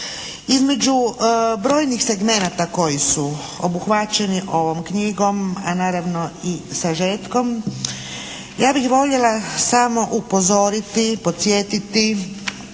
Između brojnih segmenata koji su obuhvaćeni ovom knjigom a naravno i sažetkom ja bih voljela samo upozoriti i podsjetiti